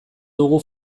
dugu